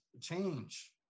change